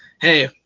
hey